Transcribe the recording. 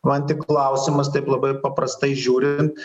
man tik klausimas taip labai paprastai žiūrint